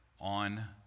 on